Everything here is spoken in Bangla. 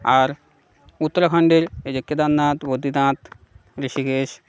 আর উত্তরাখন্ডের এই যে কেদারনাথ বদ্রিনাথ ঋষিকেশ